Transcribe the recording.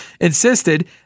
insisted